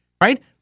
right